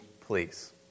please